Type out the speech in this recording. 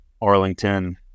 Arlington